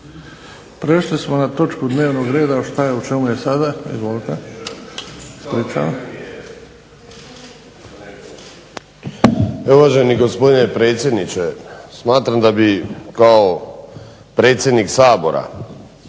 Prešli smo na točku dnevnog reda, u čemu je sada? Izvolite. **Vinković, Zoran (HDSSB)** Uvaženi gospodine predsjedniče, smatram da bi kao predsjednik Sabora